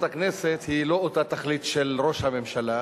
הכנסת היא לא אותה תכלית של ראש הממשלה.